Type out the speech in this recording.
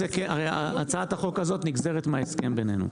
הצעת החוק הזאת נגזרת מההסכם בינינו.